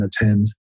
attend